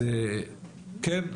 כן,